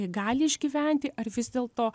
gali išgyventi ar vis dėlto